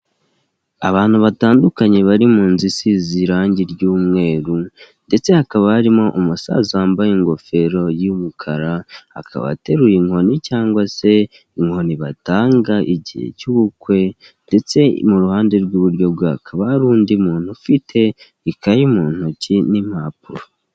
Abantu batandukanye bari mu nzu isize irangi ry'umweru ndetse hakaba harimo umusaza wambaye ingofero y'umukara, akaba ateruye inkoni cyangwa se inkoni batanga igihe cy'ubukwe ndetse mu ruhande rw'iburyo bwe hakaba hari undi muntu ufite ikayi mu ntoki n'impapuro.